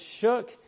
shook